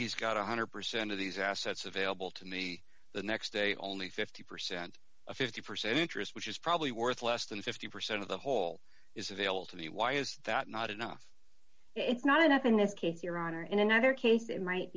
he's got one hundred percent of these assets available to me the next day only fifty percent a fifty percent interest which is probably worth less than fifty percent of the whole is available to me why is that not enough it's not enough in this case your honor in another case it might